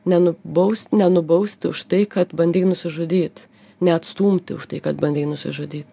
nenubaust nenubausti už tai kad bandei nusižudyt neatstumti už tai kad bandei nusižudyt